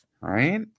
Right